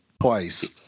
twice